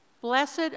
Blessed